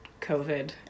COVID